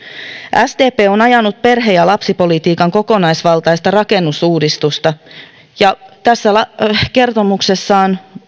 sdp on ajanut perhe ja lapsipolitiikan kokonaisvaltaista rakenneuudistusta ja tässä kertomuksessaan